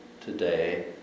today